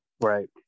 right